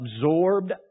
absorbed